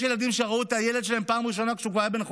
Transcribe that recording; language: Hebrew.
יש אבות שראו את הילד שלהם פעם ראשונה כשהוא כבר היה בן חודשיים.